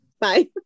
Bye